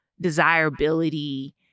desirability